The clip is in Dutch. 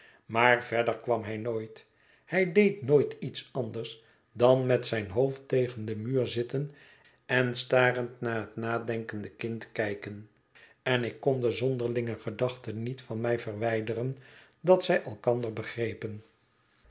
maar verder kwam hij nooit hij deed nooit iets anders dan met zijn hoofd tegen den muur zitten en starend naar het nadenkende kind kijken en ik kon de zonderlinge gedachte niet van mij verwijderen dat zij elkander begrepen